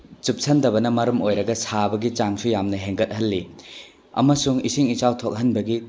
ꯆꯨꯞꯁꯤꯟꯗꯕꯅ ꯃꯔꯝ ꯑꯣꯏꯔꯒ ꯁꯥꯕꯒꯤ ꯆꯥꯡꯁꯦ ꯌꯥꯝ ꯍꯦꯟꯒꯠꯍꯜꯂꯤ ꯑꯃꯁꯨꯡ ꯏꯁꯤꯡ ꯏꯆꯥꯎ ꯊꯣꯛꯍꯟꯕꯒꯤ